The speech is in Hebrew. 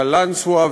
ובקלנסואה,